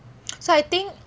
so I think